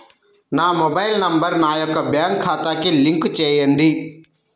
నా mobile number నా యొక్క బ్యాంక్ ఖాతాకి లింక్ చేయండీ?